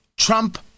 Trump